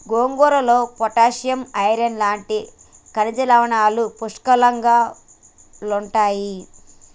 గోంగూరలో potassium, iron లాంటి ఖనిజ లవణాలు పుష్కలంగుంటాయి